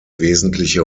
wesentliche